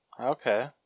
Okay